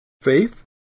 faith